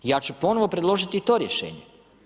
Ja ću ponovo predložiti i to rješenje.